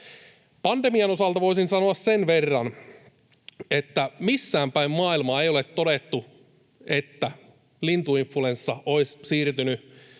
Pandemian osalta voisin sanoa sen verran, että missäänpäin maailmaa ei ole todettu, että lintuinfluenssa olisi siirtynyt